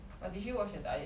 but did she watch her diet